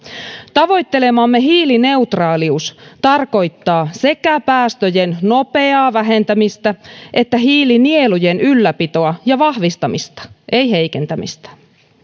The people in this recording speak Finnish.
tavoittelemamme hiilineutraalius tarkoittaa sekä päästöjen nopeaa vähentämistä että hiilinielujen ylläpitoa ja vahvistamista ei heikentämistä